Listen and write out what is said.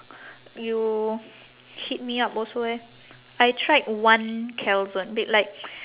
you hit me up also eh I tried one calzone b~ like